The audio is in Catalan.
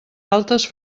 altes